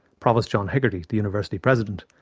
provost john hegarty, the university president,